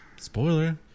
Spoiler